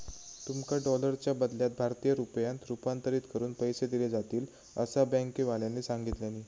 तुमका डॉलरच्या बदल्यात भारतीय रुपयांत रूपांतरीत करून पैसे दिले जातील, असा बँकेवाल्यानी सांगितल्यानी